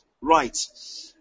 right